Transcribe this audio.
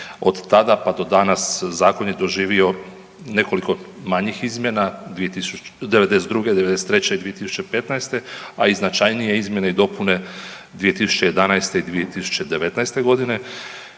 od tada pa do danas zakon je doživio nekoliko manjih izmjena '92., '93. i 2015., a i značajnije izmjene i dopune 2011. i 2019.g.